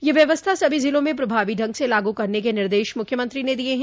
यह व्यवसथा सभी जिलों में प्रभावी ढंग से लागू करने के निर्देश मुख्यमंत्री ने दिये हैं